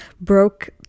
broke